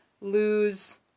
lose